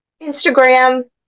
instagram